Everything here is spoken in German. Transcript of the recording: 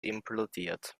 implodiert